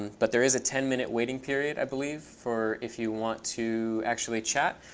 but there is a ten minute waiting period, i believe, for if you want to actually chat.